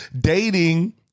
Dating